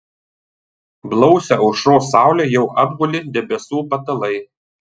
blausią aušros saulę jau apgulė debesų patalai